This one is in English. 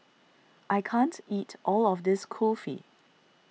I can't eat all of this Kulfi